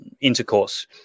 intercourse